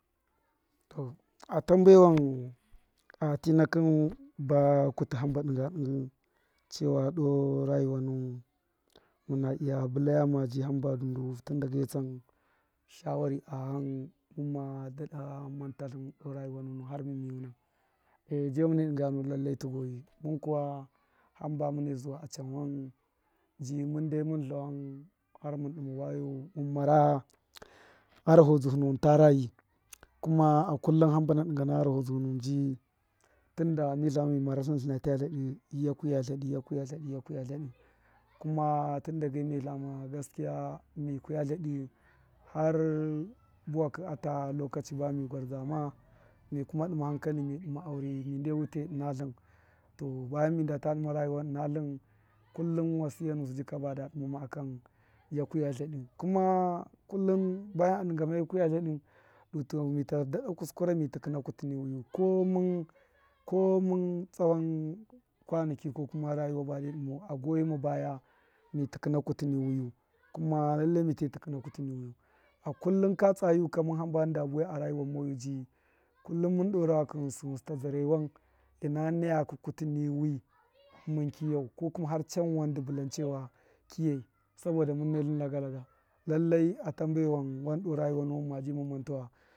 Toh atambewa a tṫ nakṫ ba kutṫ hamba dṫnga dṫngṫ ba kutṫ hamba dṫnga dṫngṫ chewa doo rayua nuwun muna iya bṫ laya maji tun dage tsan shawari a ghan mumma dada manta tlṫnu har mum miyuwune je mune dṫngaya nu lallai tu goyi, mun kuwa hamba mune zuwa a chanwan ji mun dai mun tlawan harm un dṫma wayo mun mara gharaho zdṫhṫ nuwun ta rayi kuma a kullum himbana dṫngane gharaho zdṫhṫ nuwun ji tunda mi tlama mi maratlṫn tladṫ ya kuya tladṫ ya kuya tladṫ kuma tun dage miye tlame gaskiya mi kuya tladṫ har buwakṫ ata lokachi ba mi gwazda ma mi kuma dṫma hankali mi dṫma aure mi de wute ṫna tlṫn to, baya mi ndata dṫma rayuwa, ṫna tlṫn, kullum wasiya nusṫ jika bada dṫmama akan ya kuya iyadṫ kuma kullum baya a dṫnga ma ya kuya lyadṫ du to mita dada kuskura mi tikṫna kutṫ ni wiyu komun komun tsayon kwanakṫ ni wiyu komun tsayon kwanaki ke kuna rayuwa bade dṫmau a goyime baya mi tukuna kutu ni wiyu kuma lallai mite lukuna kutu ni wiyu, a lullum kwa tsa yuk a mun hamba munda buuai a rayiwa ji kullum mun doo rawakṫ ghṫnsṫ ta zdarawe ṫna nayakṫ kutu ni wi mun kiyau ko kume chanwan du bulan chewa kṫyai saboda mun ne tlṫn laga laga, lallai a tambewan doo rayuwa nuwun maji mun ma mantau wa.